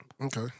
okay